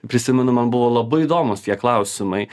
prisimenu man buvo labai įdomūs tie klausimai